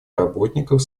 работников